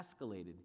escalated